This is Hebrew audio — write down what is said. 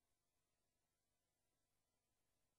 מכובדי